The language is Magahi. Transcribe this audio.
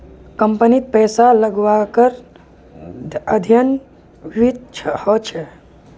कम्पनीत पैसा लगव्वार अध्ययन वित्तत ह छेक